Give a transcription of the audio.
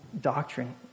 doctrine